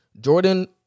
Jordan